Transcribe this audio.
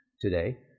today